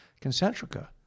concentrica